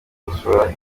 gushora